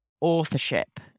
authorship